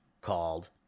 Called